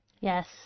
Yes